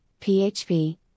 PHP